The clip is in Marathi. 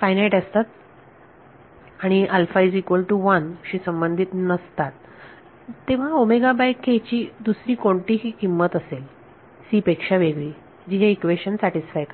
फायनाईट असतात आणि alpha is equal to one शी संबंधित नसतात तेव्हा ची दुसरी कोणतीही किंमत असेल c पेक्षा वेगळी जी हे इक्वेशन सॅटिस्फाय करेल